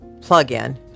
plug-in